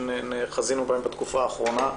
שחזינו בהם בתקופה האחרונה,